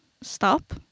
stop